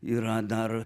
yra dar